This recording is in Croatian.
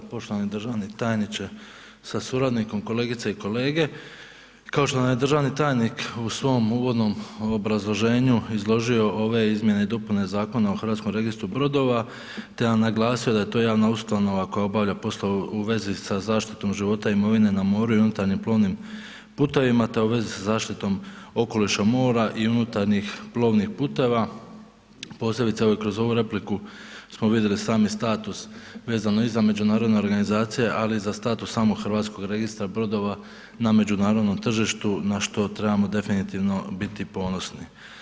Poštovani državni tajniče sa suradnikom, kolegice i kolege kao što nam je državni tajnik u svom uvodnom obrazloženju izložio ove izmjene i dopune Zakona o Hrvatskom registru brodova te nam naglasio da je to javna ustanova koja obavlja poslove u vezi sa zaštitom imovine na moru i unutarnjim plovim putevima, te u vezi sa zaštitom okoliša mora i unutarnjih plovnih puteva, posebice kroz ovu repliku smo vidjeli sami status vezano i za međunarodne organizacije, ali i za status samog Hrvatskog registra brodova na međunarodnom tržištu na što trebamo definitivno biti ponosni.